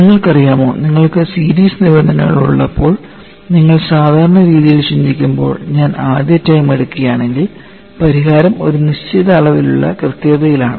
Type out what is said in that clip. നിങ്ങൾക്കറിയാമോ നിങ്ങൾക്ക് സീരീസ് നിബന്ധനകൾ ഉള്ളപ്പോൾ നിങ്ങൾ സാധാരണ രീതിയിൽ ചിന്തിക്കുമ്പോൾ ഞാൻ ആദ്യ ടേം എടുക്കുകയാണെങ്കിൽ പരിഹാരം ഒരു നിശ്ചിത അളവിലുള്ള കൃത്യതയിൽ ആണ്